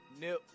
Nip